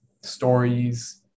stories